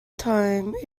time